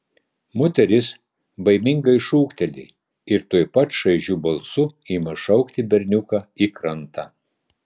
moteris baimingai šūkteli ir tuoj pat šaižiu balsu ima šaukti berniuką į krantą